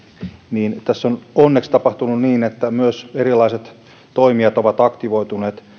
niin tässä on onneksi tapahtunut myös niin että erilaiset toimijat ovat aktivoituneet